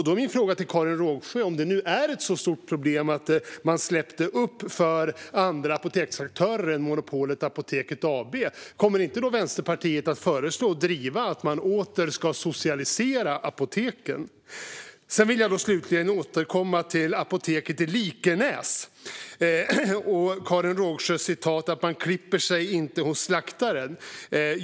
Då är min fråga till Karin Rågsjö: Om det är nu är ett sådant stort problem att man öppnade upp för andra apoteksaktörer än monopolet Apoteket AB, kommer då inte Vänsterpartiet att föreslå och driva att man åter ska socialisera apoteken? Slutligen vill jag återkomma till apoteket i Likenäs och att Karin Rågsjö sa att man inte klipper sig hos slaktaren.